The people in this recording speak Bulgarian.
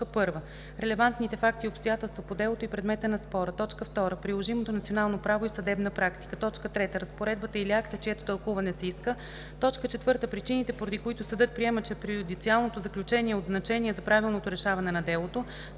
1. релевантните факти и обстоятелства по делото и предмета на спора; 2. приложимото национално право и съдебна практика; 3. разпоредбата или акта, чието тълкуване се иска; 4. причините, поради които съдът приема, че преюдициалното заключение е от значение за правилното решаване на делото;